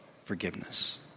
forgiveness